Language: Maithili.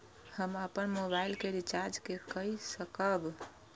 हम अपन मोबाइल के रिचार्ज के कई सकाब?